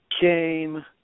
came